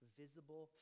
visible